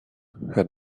had